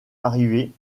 arrivée